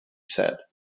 said